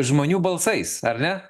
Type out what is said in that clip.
žmonių balsais ar ne